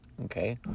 Okay